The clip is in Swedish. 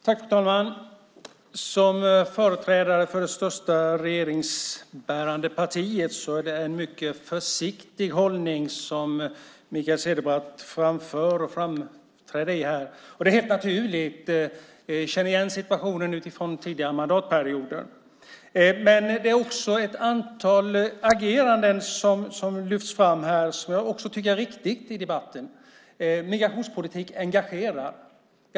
Fru talman! Som företrädare för det största regeringsbärande partiet har Mikael Cederbratt en mycket försiktig hållning. Det är helt naturligt. Jag känner igen situationen från tidigare mandatperioder. Ett antal ageranden som lyfts fram i debatten tycker jag också är riktiga. Migrationspolitik engagerar.